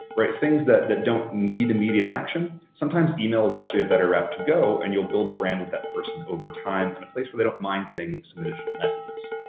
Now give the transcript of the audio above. right, things that that don't need immediate action, sometimes email is actually a better route to go and you'll build brand with that person over time in a place where they don't mind getting some additional messages.